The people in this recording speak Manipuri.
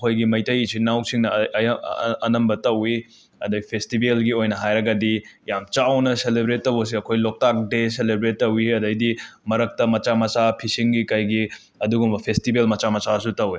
ꯑꯈꯣꯏꯒꯤ ꯃꯩꯇꯩ ꯏꯆꯤꯟꯅꯥꯎꯁꯤꯡꯅ ꯑ ꯑꯌꯥꯝ ꯑ ꯑꯅꯝꯕ ꯇꯧꯋꯤ ꯑꯗꯩ ꯐꯦꯁꯇꯤꯕꯦꯜꯒꯤ ꯑꯣꯏꯅ ꯍꯥꯏꯔꯒꯗꯤ ꯌꯥꯝ ꯆꯥꯎꯅ ꯁꯦꯂꯦꯕ꯭ꯔꯦꯠ ꯇꯧꯕꯁꯦ ꯑꯈꯣꯏ ꯂꯣꯛꯇꯥꯛ ꯗꯦ ꯁꯦꯂꯦꯕ꯭ꯔꯦꯠ ꯇꯧꯋꯤ ꯑꯗꯩꯗꯤ ꯃꯔꯛꯇ ꯃꯆꯥ ꯃꯆꯥ ꯐꯤꯁꯤꯡꯒꯤ ꯀꯩꯒꯤ ꯑꯗꯨꯒꯨꯝꯕ ꯐꯦꯁꯇꯤꯕꯦꯜ ꯃꯆꯥ ꯃꯆꯥꯁꯨ ꯇꯧꯋꯦ